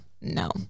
no